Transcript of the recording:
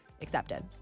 accepted